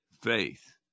faith